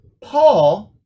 Paul